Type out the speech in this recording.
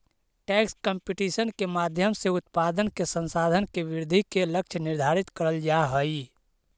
tax competition के माध्यम से उत्पादन के संसाधन के वृद्धि के लक्ष्य निर्धारित करल जा हई